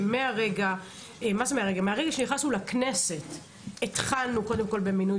שמרגע שהגענו לכנסת התחלנו קודם כול במינוי